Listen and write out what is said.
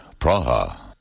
Praha